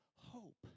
Hope